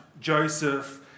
Joseph